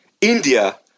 India